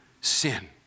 sin